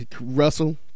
Russell